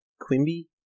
Quimby